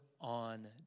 on